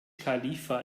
khalifa